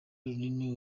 runini